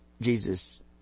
Jesus